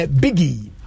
biggie